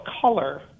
color